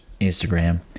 Instagram